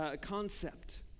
concept